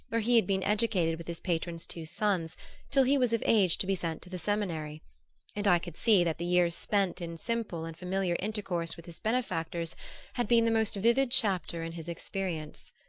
where he had been educated with his patron's two sons till he was of age to be sent to the seminary and i could see that the years spent in simple and familiar intercourse with his benefactors had been the most vivid chapter in his experience.